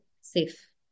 safe